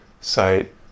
site